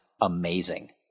amazing